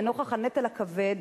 לנוכח הנטל הכבד,